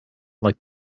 like